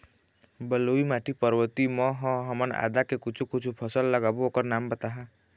बलुई माटी पर्वतीय म ह हमन आदा के कुछू कछु फसल लगाबो ओकर नाम बताहा?